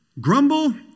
Grumble